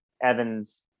Evan's